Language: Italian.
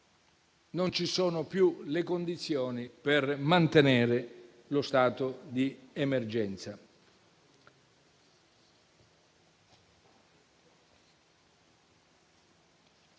non ci sono più le condizioni per mantenere lo stato di emergenza.